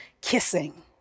kissing